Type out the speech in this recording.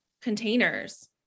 containers